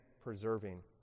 preserving